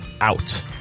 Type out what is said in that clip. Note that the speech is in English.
out